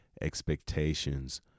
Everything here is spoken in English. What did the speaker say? expectations